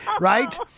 right